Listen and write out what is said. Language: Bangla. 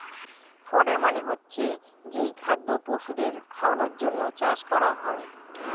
ফডার মানে হচ্ছে যেই খাদ্য পশুদের খাওয়ানোর জন্যে চাষ করা হয়